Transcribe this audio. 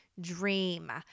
dream